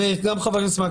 חברי הכנסת,